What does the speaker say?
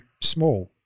small